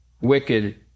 wicked